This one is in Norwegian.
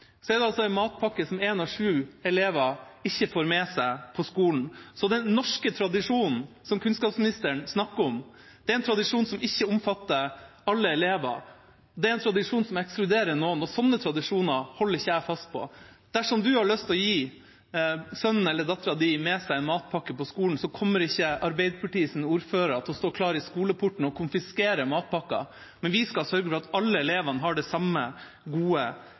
Så den norske tradisjonen som kunnskapsministeren snakker om, det er en tradisjon som ikke omfatter alle elever. Det er en tradisjon som ekskluderer noen, og sånne tradisjoner holder ikke jeg fast på. Dersom du har lyst til å gi sønnen eller datteren din med seg en matpakke på skolen, kommer ikke Arbeiderpartiets ordfører til å stå klar i skoleporten og konfiskere matpakka. Men vi skal sørge for at alle elevene har det samme gode